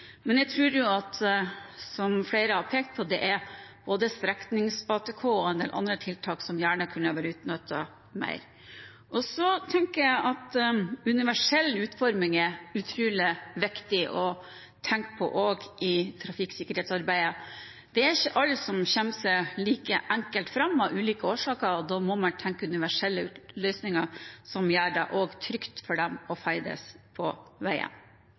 Men jeg tror at – som flere har pekt på – både streknings-ATK og en del andre tiltak gjerne kunne ha vært utnyttet mer. Universell utforming er utrolig viktig å tenke på også i trafikksikkerhetsarbeidet. Det er ikke alle som kommer seg like enkelt fram, av ulike årsaker. Da må man tenke universelle løsninger, som gjør det trygt også for dem å ferdes på veien.